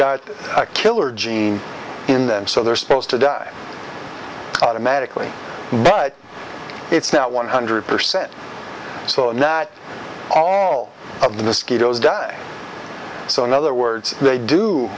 got a killer gene in them so they're supposed to die automatically but it's not one hundred percent so now that all of the mosquitoes die so in other words they do